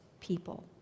people